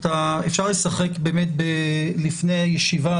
אפשר לשחק לפני הישיבה,